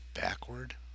backward